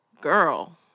Girl